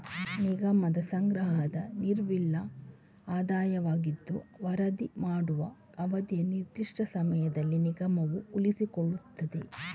ನಿಗಮದ ಸಂಗ್ರಹದ ನಿವ್ವಳ ಆದಾಯವಾಗಿದ್ದು ವರದಿ ಮಾಡುವ ಅವಧಿಯ ನಿರ್ದಿಷ್ಟ ಸಮಯದಲ್ಲಿ ನಿಗಮವು ಉಳಿಸಿಕೊಳ್ಳುತ್ತದೆ